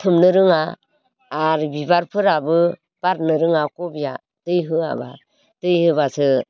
थोबनो रोङा आरो बिबारफोराबो बारनो रोङा खबिआ दै होआबा दै होबासो